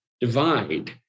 divide